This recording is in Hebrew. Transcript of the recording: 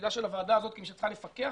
תפקידה של הוועדה הזאת כמי שצריכה לפקח